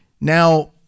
Now